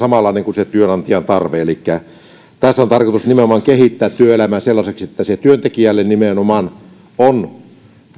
samalla se työnantajan tarve elikkä tässä on tarkoitus nimenomaan kehittää työelämää sellaiseksi että nimenomaan työntekijän on